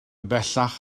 bellach